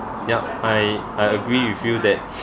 yup I I agree with you that